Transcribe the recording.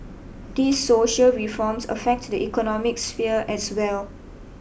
these social reforms affect the economic sphere as well